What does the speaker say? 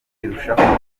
irushaho